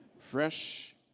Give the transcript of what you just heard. fresh,